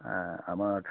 হ্যাঁ আমার